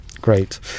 Great